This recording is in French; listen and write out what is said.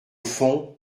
fond